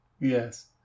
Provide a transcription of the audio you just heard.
Yes